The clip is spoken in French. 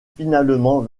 finalement